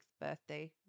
birthday